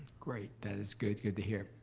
great, that is good good to hear.